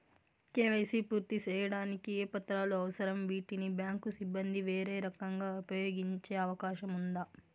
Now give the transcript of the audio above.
KYC పూర్తి సేయడానికి ఏ పత్రాలు అవసరం, వీటిని బ్యాంకు సిబ్బంది వేరే రకంగా ఉపయోగించే అవకాశం ఉందా?